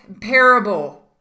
parable